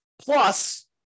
Plus